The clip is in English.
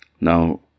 Now